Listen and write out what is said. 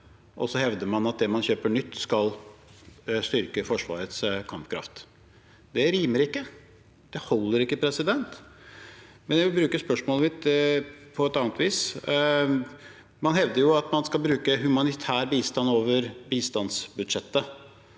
og så hevder man at det man kjøper nytt, skal styrke Forsvarets kampkraft. Det rimer ikke. Det holder ikke. Men jeg vil bruke spørsmålet mitt på et annet vis: Man hevder at man skal bruke humanitær bistand over bistandsbudsjettet,